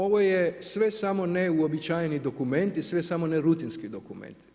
Ovo je sve samo ne uobičajeni dokument i sve samo ne rutinski dokument.